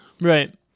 right